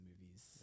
movies